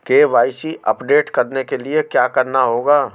KYC update करने के लिए क्या करना होगा?